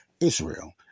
Israel